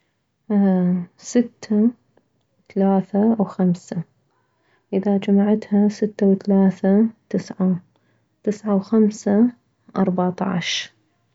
ستة ثلاثة وخمسة اذا جمعتها ستة وثلاثة تسعة تسعة وخمسة اربعطعش